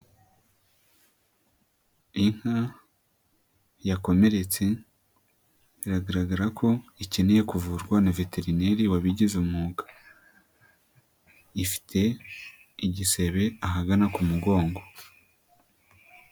Inka yakomeretse biragaragara ko ikeneye kuvurwa na veterineri wabigize umwuga, ifite igisebe ahagana ku mugongo.